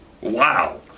Wow